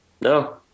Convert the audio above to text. No